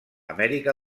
amèrica